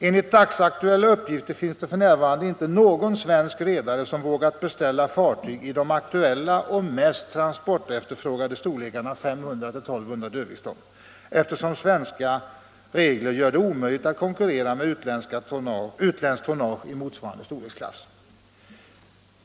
Enligt dagsaktuella uppgifter finns det för närvarande inte någon svensk redare, som vågat beställa fartyg i de aktuella och mest transportefterfrågade storlekarna 500-1 200 dödviktston, eftersom svenska bemanningsregler gör det omöjligt att konkurrera med utländskt tonnage i motsvarande storleksklass.